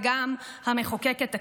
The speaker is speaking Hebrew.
וגם המחוקקת,